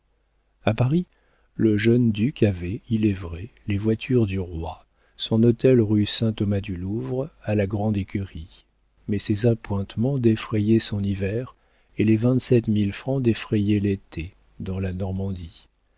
a paris le jeune duc avait il est vrai les voitures du roi son hôtel rue saint thomas du louvre à la grande écurie mais ses appointements défrayaient son hiver et les vingt-sept mille francs défrayaient l'été dans la normandie